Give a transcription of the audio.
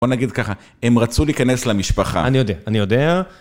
בוא נגיד ככה, הם רצו להיכנס למשפחה. אני יודע, אני יודע.